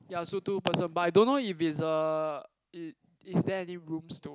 ya so two person but I don't know if it's a it is there any rooms though